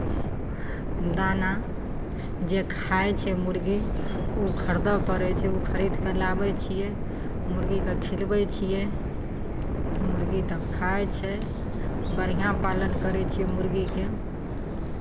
दाना जे खाइ छै मुरगी ओ खरीदय पड़ै छै ओ खरीद कऽ लाबै छियै मुरगीकेँ खिलबै छियै मुरगी तब खाइ छै बढ़िआँ पालन करै छियै मुरगीके